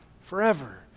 forever